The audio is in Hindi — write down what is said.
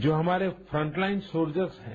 जो हमारे फ्रंट लाइन सोल्जर्स हैं